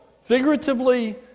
figuratively